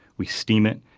we steam it.